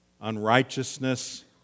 unrighteousness